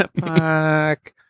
Fuck